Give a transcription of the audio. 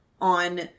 on